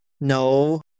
No